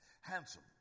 handsome